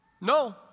no